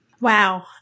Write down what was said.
Wow